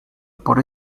por